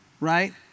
Right